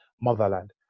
motherland